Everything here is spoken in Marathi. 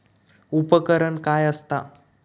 उपकरण काय असता?